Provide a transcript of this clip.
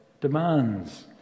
demands